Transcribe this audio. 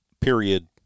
period